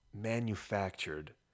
manufactured